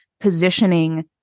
positioning